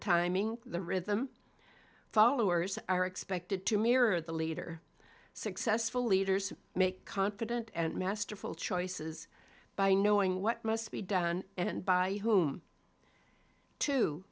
timing the rhythm followers are expected to mirror the leader successful leaders make confident and masterful choices by knowing what must be done and by whom to